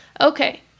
Okay